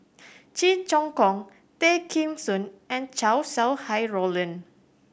Cheong Choong Kong Tay Kheng Soon and Chow Sau Hai Roland